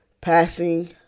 Passing